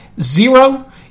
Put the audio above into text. zero